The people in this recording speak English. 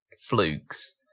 flukes